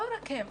לא רק הם.